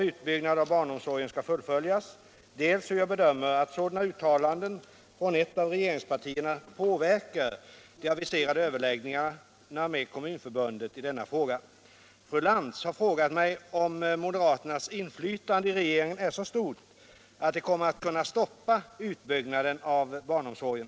Fru Lantz har frågat mig om moderaternas inflytande i regeringen = grammet för är så stort att de kommer att kunna stoppa utbyggnaden av barnomsorgen.